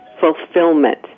fulfillment